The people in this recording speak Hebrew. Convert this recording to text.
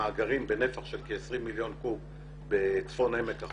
מאגרים בנפח של כ-20 מיליון קוב בצפון עמק החולה.